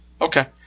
Okay